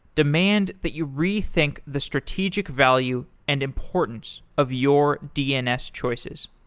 demand that you rethink the strategic value and importance of your dns choices.